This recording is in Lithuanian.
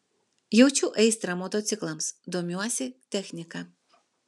jaučiu aistrą motociklams domiuosi technika